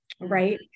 right